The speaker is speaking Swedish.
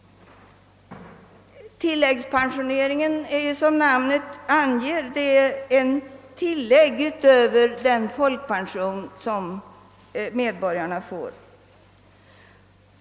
Tilläggspensioneringen utgör som namnet anger ett tillägg utöver den folkpension som medborgarna får.